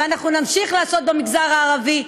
ואנחנו נמשיך לעשות במגזר הערבי,